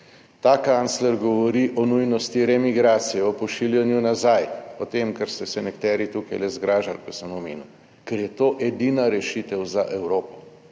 ta kancler govori o nujnosti remigracij, o pošiljanju nazaj, o tem, kar ste se nekateri tukaj zgražali, ko sem omenil, ker je to edina rešitev za Evropo.